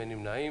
אין נמנעים.